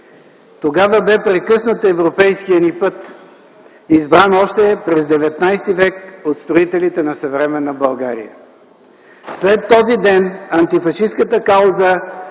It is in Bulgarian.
Тогава бе прекъснат европейският ни път, избран още през ХІХ век от строителите на съвременна България. След този ден антифашистката кауза